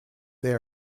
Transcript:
they